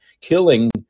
killing